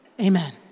Amen